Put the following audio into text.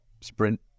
sprint